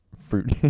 fruit